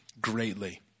greatly